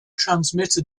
transmitter